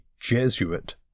Jesuit